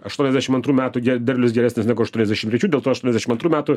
aštuoniasdešim antrų metų derlius geresnis negu aštuoniasdešim trečių dėl to aštuoniasdešim antrų metų